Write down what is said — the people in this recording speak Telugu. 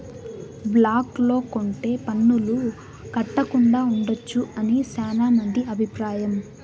బ్లాక్ లో కొంటె పన్నులు కట్టకుండా ఉండొచ్చు అని శ్యానా మంది అభిప్రాయం